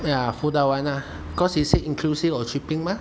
ya 付到完啦 cause he said inclusive of shipping mah